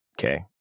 Okay